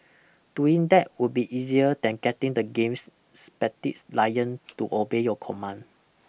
doing that would be easier than getting the game's lion to obey your commands